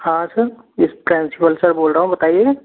हाँ sir principal sir बोल रहा हूँ बताइए